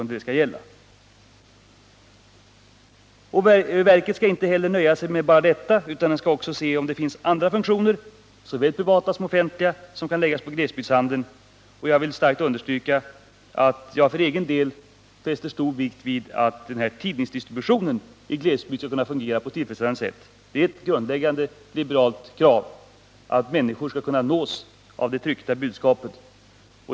Verket skall emellertid inte låta sig nöja med detta, utan det skall försöka ta reda på om det också finns andra funktioner, såväl privata som offentliga, som kan läggas på glesbygdshandeln. Jag vill här starkt understryka att jag för egen del fäster stor vikt vid att tidningsdistributionen i glesbygderna kan fungera på ett tillfredsställande sätt — det är ju ett grundläggande liberalt krav att människorna skall kunna nås av det tryckta budskapet.